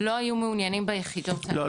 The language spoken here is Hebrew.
לא היו מעוניינים ביחידות האלה --- לא,